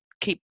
keep